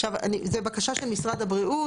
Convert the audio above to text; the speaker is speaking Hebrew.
עכשיו, זו בקשה של משרד הבריאות.